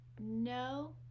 No